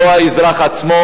ולא האזרח עצמו.